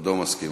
כבודו מסכים.